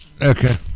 Okay